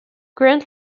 grant